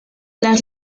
las